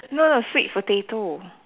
no no sweet potato